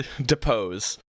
Depose